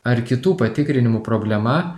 ar kitų patikrinimų problema